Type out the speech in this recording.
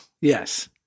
Yes